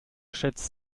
schätzt